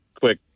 quick